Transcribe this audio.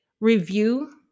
review